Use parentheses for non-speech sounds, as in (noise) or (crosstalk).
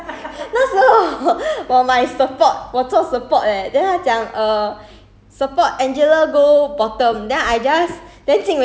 有每次都骂我讲我 noob 那时候 (laughs) 我买 support 我做 support leh then 他讲 err